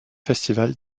festivals